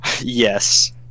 Yes